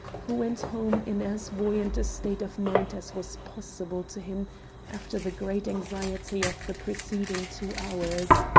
who went home in as buoyant a state of mind as was possible to him after the great anxieties of the preceding two hours.